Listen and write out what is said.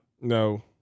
No